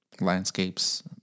landscapes